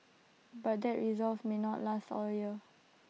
but that resolve may not last all year